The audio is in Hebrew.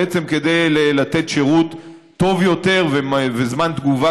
בעצם כדי לתת שירות טוב יותר בזמן תגובה